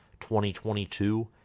2022